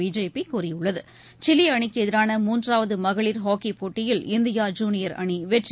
BJP கூறியுள்ளது Chile அணிக்கு எதிரான மூன்றாவது மகளிர் ஹாக்கி போட்டியில் இந்தியா ஜூனியர் அணி வெற்றி